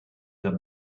the